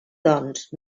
doncs